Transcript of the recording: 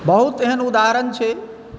बहुत एहन उदाहरण छै